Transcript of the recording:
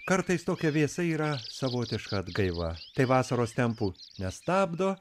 kartais tokia vėsa yra savotiška atgaiva tai vasaros tempų nestabdo